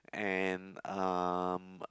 and um